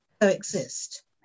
coexist